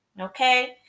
Okay